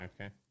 Okay